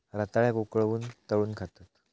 रताळ्याक उकळवून, तळून खातत